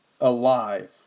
alive